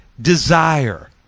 desire